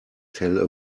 tell